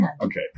okay